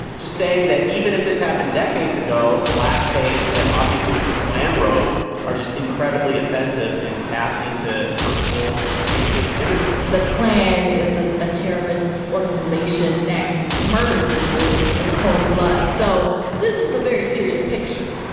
just saying that even if this happened decades ago, blackface and obviously klan robes are just incredibly offensive and tap into hurtful racist imagery the klan is ah a terrorist organization that murdered people in cold blood, so this is a very serious picture.